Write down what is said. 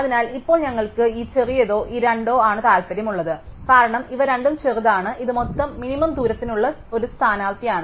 അതിനാൽ ഇപ്പോൾ ഞങ്ങൾക്ക് ഈ ചെറിയതോ ഈ രണ്ടോ ആണ് താൽപ്പര്യമുള്ളത് കാരണം ഇവ രണ്ടും ചെറുതാണ് ഇത് മൊത്തം മിനിമം ദൂരത്തിനുള്ള ഒരു സ്ഥാനാർത്ഥിയാണ്